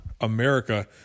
America